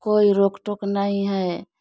कोई रोक टोक नहीं है